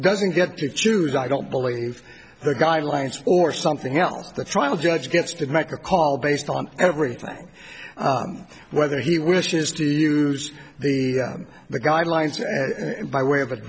doesn't get to choose i don't believe the guidelines or something else the trial judge gets to make a call based on everything whether he wishes to use the the guidelines and by way of a